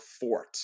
fort